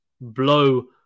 blow